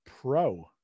Pro